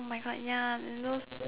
!oh-my-God! ya those